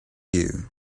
you